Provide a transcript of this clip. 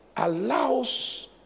allows